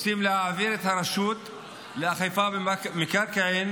רוצים להעביר את הרשות לאכיפה במקרקעין